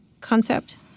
concept